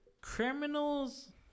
Criminals